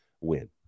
win